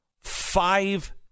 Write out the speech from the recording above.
five